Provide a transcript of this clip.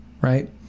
right